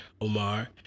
Omar